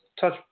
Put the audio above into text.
touch